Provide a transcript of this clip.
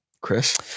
Chris